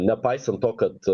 nepaisant to kad